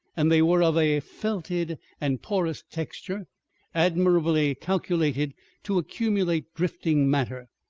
and they were of a felted and porous texture admirably calculated to accumulate drifting matter.